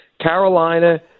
Carolina